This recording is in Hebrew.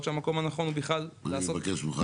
שהמקום הנכון הוא בכלל לעשות --- אני מבקש ממך,